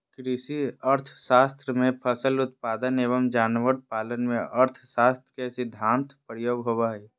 कृषि अर्थशास्त्र में फसल उत्पादन एवं जानवर पालन में अर्थशास्त्र के सिद्धान्त प्रयोग होबो हइ